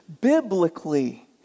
biblically